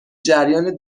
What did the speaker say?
جریان